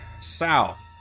south